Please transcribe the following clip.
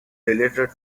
related